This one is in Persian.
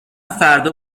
فردا